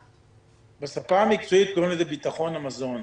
בשפה המקצועית קוראים לזה ביטחון המזון.